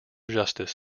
justice